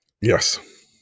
Yes